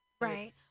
Right